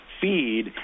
feed